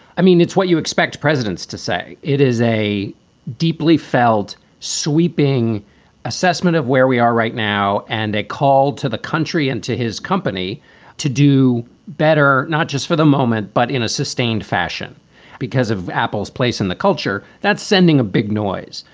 i mean, it's what you expect presidents to say. it is a deeply felt sweeping assessment of where we are right now and a call to the country and to his company to do better, not just for the moment, but in a sustained fashion because of apple's place in the culture that's sending a big noise.